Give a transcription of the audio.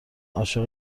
عاشق